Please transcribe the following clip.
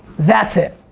that's it.